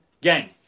Gang